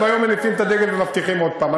וביום מניפים את הדגל ומבטיחים עוד פעם.